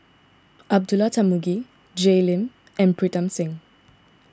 Abdullah Tarmugi Jay Lim and Pritam Singh